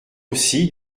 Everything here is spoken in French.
aussi